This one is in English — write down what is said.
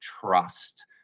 trust